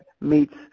meets